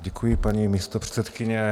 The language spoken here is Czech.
Děkuji, paní místopředsedkyně.